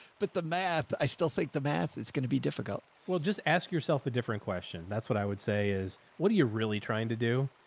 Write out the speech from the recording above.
but the math, i still think the math is going to be difficult. well, just ask yourself a different question. that's what i would say is what are you really trying to do?